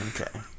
Okay